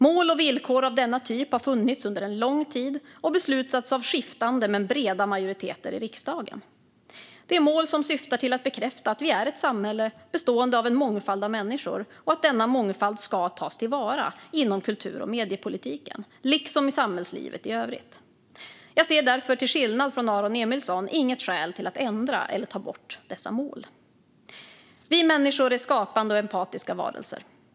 Mål och villkor av denna typ har funnits under lång tid och beslutats av skiftande men breda majoriteter i riksdagen. Det är mål som syftar till att bekräfta att vi är ett samhälle bestående av en mångfald av människor och att denna mångfald ska tas till vara inom kultur och mediepolitiken liksom i samhällslivet i övrigt. Jag ser därför, till skillnad från Aron Emilsson, inget skäl till att ändra eller ta bort dessa mål. Vi människor är skapande och empatiska varelser.